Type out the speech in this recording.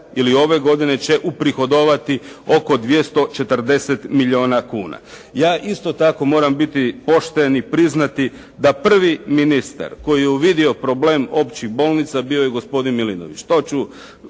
ili ove godine će uprihodovati oko 240 milijuna kuna. Ja isto tako moram biti pošten i priznati da prvi ministar koji je uvidio problem općih bolnica bio je gospodin Milinović,